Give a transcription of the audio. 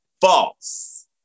false